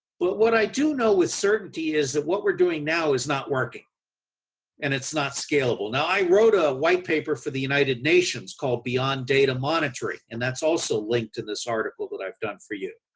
but what i do know with certainty is that what we are doing now is not working and it's not scalable. now i wrote a white paper for the united nations called, beyond data monitoring and that's also linked in this article that i've done for you.